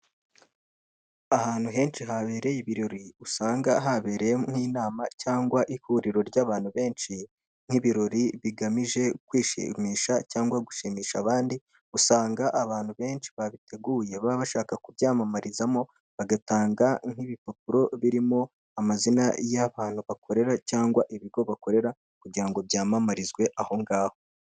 Ahantu henshi habereye ibirori, usanga habereyemo nk'inama cyangwa ihuriro ry'abantu benshi nk'ibirori bigamije kwishimisha cyangwa gushimisha abandi, usanga abantu benshi babiteguye baba bashaka kubyamamarizamo, bagatanga nk'ibipapuro birimo amazina y'abantu bakorera cyangwa ibigo bakorera kugira ngo byamamarizwe aho ngaho.